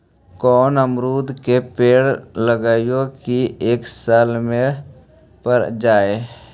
कोन अमरुद के पेड़ लगइयै कि एक साल में पर जाएं?